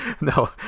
no